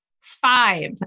five